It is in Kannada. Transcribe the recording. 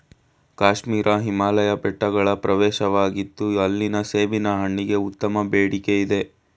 ಕಾಶ್ಮೀರ ಹಿಮಾಲಯ ಬೆಟ್ಟಗಳ ಪ್ರವೇಶವಾಗಿತ್ತು ಅಲ್ಲಿನ ಸೇಬಿನ ಹಣ್ಣಿಗೆ ಉತ್ತಮ ಬೇಡಿಕೆಯಿದೆ